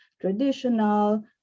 traditional